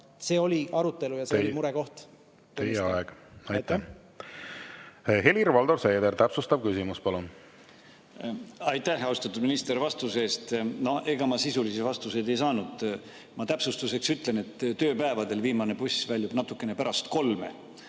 küsimus, palun! Teie aeg! Helir-Valdor Seeder, täpsustav küsimus, palun! Aitäh, austatud minister, vastuse eest! No ega ma sisulisi vastuseid ei saanud. Ma täpsustuseks ütlen, et tööpäevadel viimane buss väljub natukene pärast kolme.